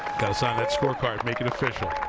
sign that scorecard, make it official.